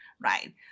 right